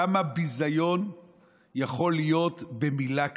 כמה ביזיון יכול להיות במילה כזאת?